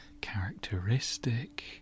characteristic